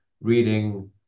reading